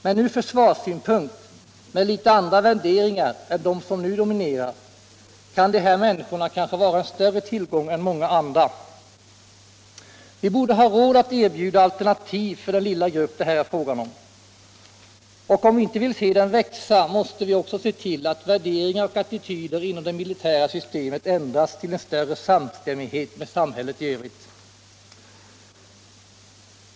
Men ur försvarssynpunkt, med litet andra värderingar än de som nu dominerar, kan de här människorna kanske vara en större tillgång än många andra. Vi borde ha råd att erbjuda alternativ för den lilla grupp det här är fråga om. Och om vi inte vill se den växa, måste vi också se till att värderingar och attityder inom det militära systemet ändras till en större samstämmighet med samhället i övrigt.